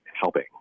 helping